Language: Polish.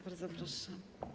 Bardzo proszę.